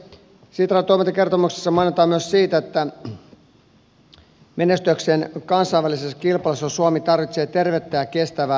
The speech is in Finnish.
sitran toimintakertomuksessa mainitaan myös siitä että menestyäkseen kansainvälisessä kilpailussa suomi tarvitsee tervettä ja kestävää yritystoimintaa